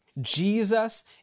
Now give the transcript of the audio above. Jesus